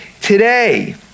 today